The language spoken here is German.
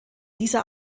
dieser